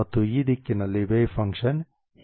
ಮತ್ತು ಈ ದಿಕ್ಕಿನಲ್ಲಿ ವೇವ್ ಫಂಕ್ಷನ್ ಹೀಗೆ ಕಾಣುತ್ತದೆ